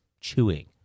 chewing